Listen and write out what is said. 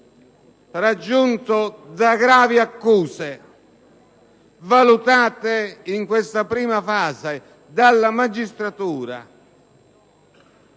raggiunto da gravi accuse valutate in questa prima fase dalla magistratura